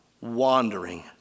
wandering